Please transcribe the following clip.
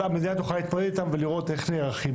אז המדינה תוכל להתמודד איתם ולראות איך נערכים,